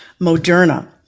Moderna